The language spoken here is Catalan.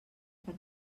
per